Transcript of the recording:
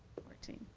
fourteen.